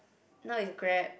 not with Grab